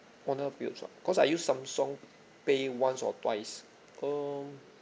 online bills ah cause I use Samsung pay once or twice um